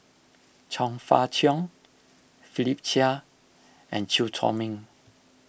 Chong Fah Cheong Philip Chia and Chew Chor Meng